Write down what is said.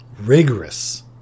rigorous